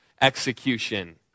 execution